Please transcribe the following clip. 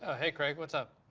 ah hey, craig. what's up?